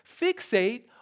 fixate